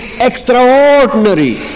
extraordinary